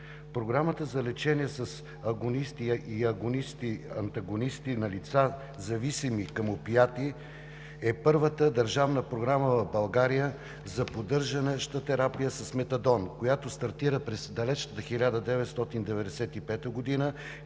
Програмата за лечение с агонисти и агонисти-антагонисти на лица, зависими към опиоиди, е първата държавна програма в България за поддържаща терапия с метадон, която стартира през далечната 1995 г.